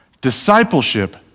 Discipleship